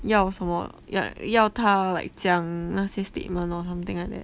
要什么 like 要他 like 讲那些 statement or something like that